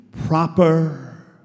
Proper